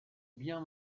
bien